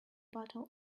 bottle